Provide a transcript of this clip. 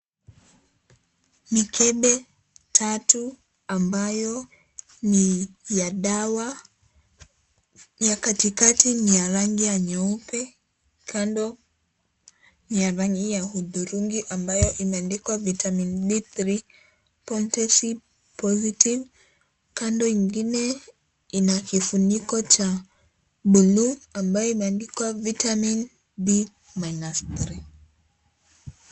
Mikebe tatu ambayo ni ya dawa ni ya katikati ni ya rangi ya nyeupe kando ni ya rangi ya udhurungi ambayo imeandikwa vitamin D3 potency +, kando ingine ina kifuniko Cha blue ambayo imeandikwa vitamin D-3